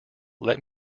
let